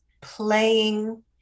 playing